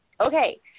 Okay